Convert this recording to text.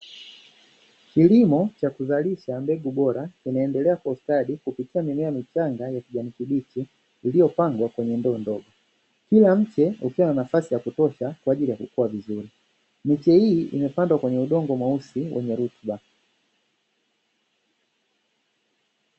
Kilimo cha kuzalisha mbegu bora kinaendelea kwa ustadi kupitia mimea michanga ya kijani kibichi iliyopandwa kwenye ndoo ndogo, kila mche ukiwa na nafasi ya kutosha kwa ajili ya kukua vizuri. Miche hii imepandwa kwenye udongo mweusi wenye rutuba.